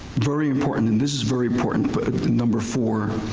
very important and this is very important, number four.